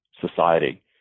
society